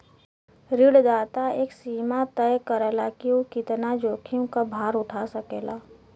ऋणदाता एक सीमा तय करला कि उ कितना जोखिम क भार उठा सकेला